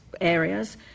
areas